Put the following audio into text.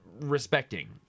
respecting